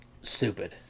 stupid